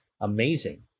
amazing